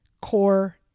core